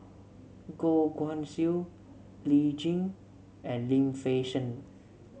Goh Guan Siew Lee Tjin and Lim Fei Shen